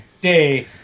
day